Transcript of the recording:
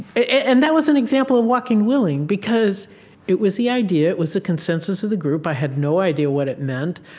and that was an example of walking willing because it was the idea, it was the consensus of the group. i had no idea what it meant.